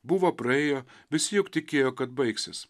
buvo praėjo visi juk tikėjo kad baigsis